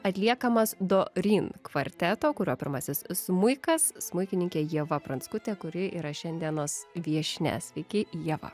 atliekamas doryn kvarteto kurio pirmasis smuikas smuikininkė ieva pranskutė kuri yra šiandienos viešnia sveiki ieva